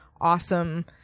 awesome